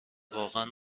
واقعا